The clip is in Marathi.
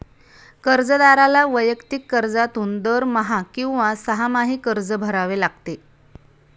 कर्जदाराला वैयक्तिक कर्जातून दरमहा किंवा सहामाही कर्ज भरावे लागते